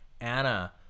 anna